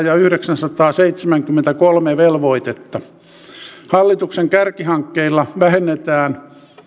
ja yhdeksänsataaseitsemänkymmentäkolme velvoitetta hallituksen kärkihankkeella vähennetään